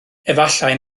efallai